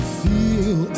feel